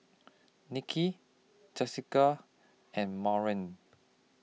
Niki Jessica and